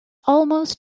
almost